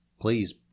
please